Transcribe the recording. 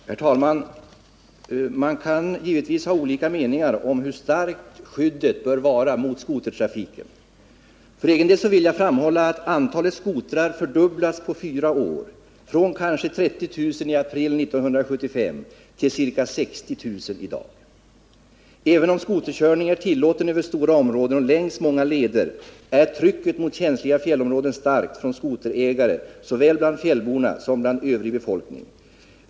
Herr talman! Man kan givetvis ha olika meningar om hur starkt skyddet bör vara mot skotertrafiken. För egen del vill jag framhålla att antalet skotrar fördubblats på fyra år — från kanske 30 000 i april 1975 till ca 60 000 i dag. Även om skoterkörning är tillåten över stora områden och längs många leder är trycket mot känsliga fjällområden starkt från skoterägare, såväl bland fjällborna som bland övrig befolkning.